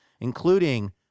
including